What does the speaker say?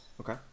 Okay